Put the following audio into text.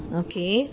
okay